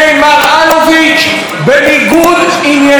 בניגוד עניינים מוחלט.